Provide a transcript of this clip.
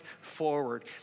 forward